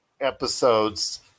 episodes